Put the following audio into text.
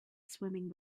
swimming